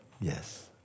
Yes